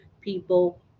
people